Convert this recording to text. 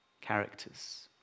Characters